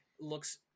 Looks